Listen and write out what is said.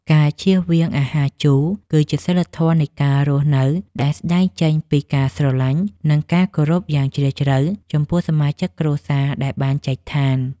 ការជៀសវាងអាហារជូរ គឺជាសីលធម៌នៃការរស់នៅដែលស្តែងចេញពីការស្រឡាញ់ និង ការគោរពយ៉ាងជ្រាលជ្រៅចំពោះសមាជិកគ្រួសារដែលបានចែកឋាន។